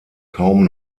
kaum